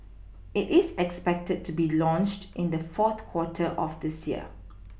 it is expected to be launched in the fourth quarter of this year